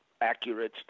accurate